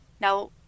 Now